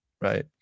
right